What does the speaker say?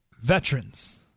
veterans